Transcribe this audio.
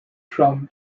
from